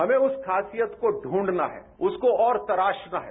हमें उस खासियत को ढूंढना है उसको और तराशना है